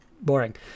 boring